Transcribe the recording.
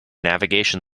navigation